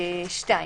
"2.